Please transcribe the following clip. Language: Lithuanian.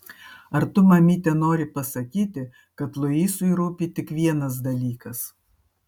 ar tu mamyte nori pasakyti kad luisui rūpi tik vienas dalykas